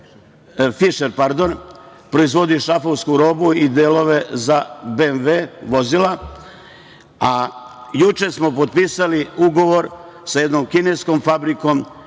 „Fišer“. Proizvodi šrafovsku robu i delove za BMV Vozila. Juče smo potpisali ugovor sa jednom kineskom fabrikom